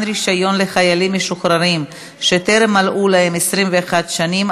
רישיון לחיילים משוחררים שטרם מלאו להם 21 שנים),